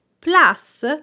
plus